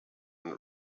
had